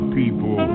people